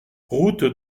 route